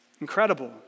Incredible